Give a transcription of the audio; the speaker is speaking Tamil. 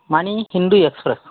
மணி ஹிந்து எக்ஸ்பிரஸ்